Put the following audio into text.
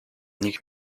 nich